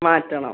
മാറ്റണം